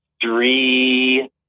three